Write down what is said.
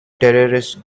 terrorist